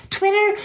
Twitter